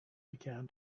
began